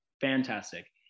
Fantastic